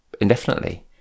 indefinitely